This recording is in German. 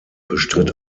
bestritt